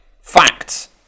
facts